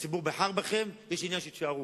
הציבור בחר בכם, ולי יש עניין שתישארו.